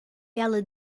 ela